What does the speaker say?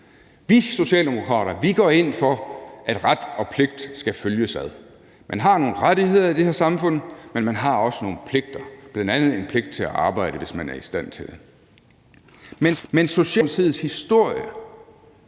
Vi Socialdemokrater går ind for, at ret og pligt skal følges ad. Man har nogle rettigheder i det her samfund, men man har også nogle pligter, bl.a. en pligt til at arbejde, hvis man er i stand til det. Men Socialdemokratiets